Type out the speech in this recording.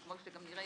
וכמו שגם נראה,